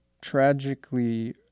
tragically